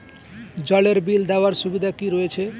জলের বিল দেওয়ার সুবিধা কি রয়েছে?